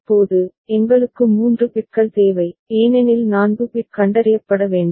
இப்போது எங்களுக்கு 3 பிட்கள் தேவை ஏனெனில் 4 பிட் கண்டறியப்பட வேண்டும்